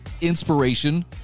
inspiration